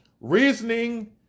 reasoning